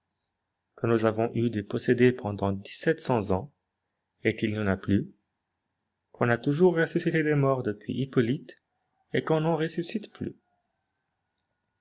que nous avons eu des possédés pendant dix sept cents ans et qu'il n'y en a plus qu'on a toujours ressuscité des morts depuis hyppolite et qu'on n'en ressuscite plus